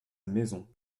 maison